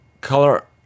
color